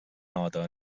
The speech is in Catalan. nota